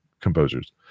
composers